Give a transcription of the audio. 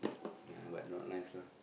ya but not nice lah